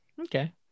Okay